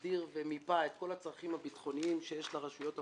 הגדיר ומיפה את כל הצרכים הביטחוניים שיש לרשויות המקומיות.